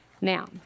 now